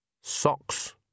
Socks